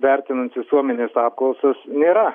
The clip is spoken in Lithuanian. vertinant visuomenės apklausas nėra